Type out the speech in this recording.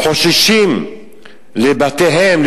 חוששים לבתיהם,